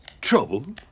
Trouble